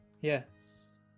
Yes